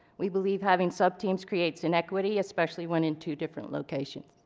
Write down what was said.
we believe having sub-teams creates inequity especially when in two different locations.